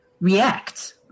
react